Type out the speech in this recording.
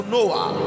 Noah